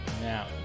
Now